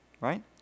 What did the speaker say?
Right